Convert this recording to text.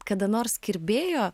kada nors kirbėjo